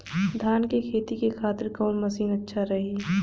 धान के खेती के खातिर कवन मशीन अच्छा रही?